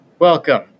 Welcome